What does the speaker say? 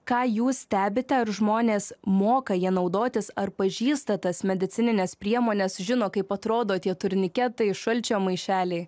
ką jūs stebite ar žmonės moka ja naudotis ar pažįsta tas medicinines priemones žino kaip atrodo tie turniketai šalčio maišeliai